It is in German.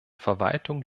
verwaltung